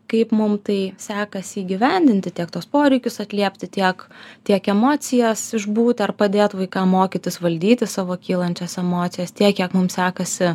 kaip mum tai sekasi įgyvendinti tiek tuos poreikius atliepti tiek tiek emocijas išbūti ar padėt vaikam mokytis valdyti savo kylančias emocijas tiek kiek mum sekasi